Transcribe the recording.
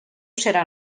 serà